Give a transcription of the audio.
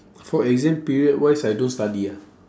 for exam period wise I don't study ah